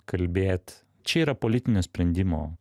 kalbėt čia yra politinio sprendimo